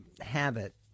habit